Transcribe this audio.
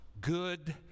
good